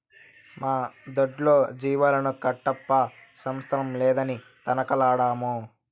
మా దొడ్లో జీవాలను కట్టప్పా స్థలం లేదని తనకలాడమాకు